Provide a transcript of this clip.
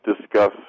discuss